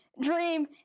Dream